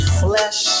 flesh